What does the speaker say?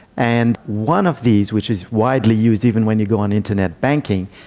and one of these which is widely used even when you go on internet banking,